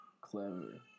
clever